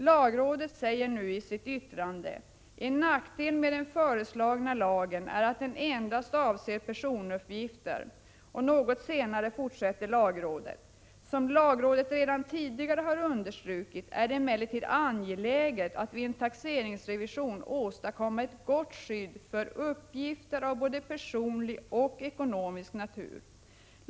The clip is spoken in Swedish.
Lagrådet säger nu i sitt yttrande: ”En nackdel med den föreslagna lagen är att den endast avser personuppgifter”, och något senare fortsätter lagrådet, ”som lagrådet redan tidigare har understrukit är det emellertid angeläget att vid en taxeringsrevision åstadkomma ett gott skydd för uppgifter av både personlig och ekonomisk natur”.